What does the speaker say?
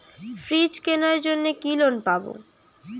Fridge কেনার জন্য কি লোন পাব?